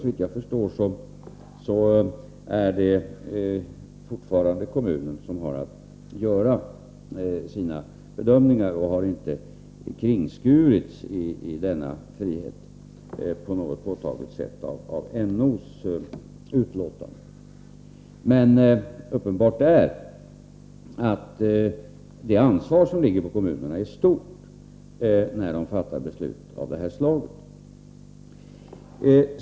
Såvitt jag förstår är det fortfarande kommunerna som skall göra olika bedömningar. Deras frihet i detta sammanhang har inte kringskurits på något påtagligt sätt som en följd av NO:s utlåtande. Men uppenbart är att kommunerna har ett stort ansvar när de fattar beslut av det här slaget.